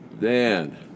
Dan